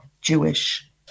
Jewish